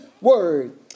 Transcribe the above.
word